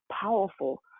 powerful